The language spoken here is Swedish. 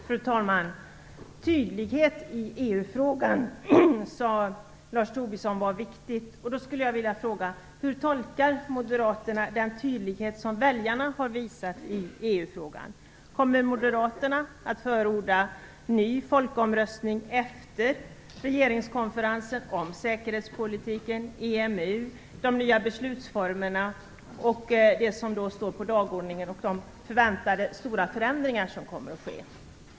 Fru talman! Tydlighet i EU-frågan är viktigt, sade Lars Tobisson. Då skulle jag vilja fråga: Hur tolkar moderaterna den tydlighet som väljarna har visat i EU-frågan? Kommer moderaterna att förorda ny folkomröstning efter regeringskonferensen om säkerhetspolitiken, EMU, de nya beslutsformerna och det som då står på dagordningen, de förväntade stora förändringar som kommer att ske?